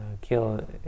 kill